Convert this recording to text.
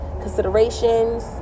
Considerations